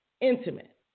intimate